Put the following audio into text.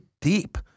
deep